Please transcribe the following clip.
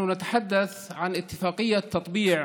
אנחנו מדברים על הסכם נורמליזציה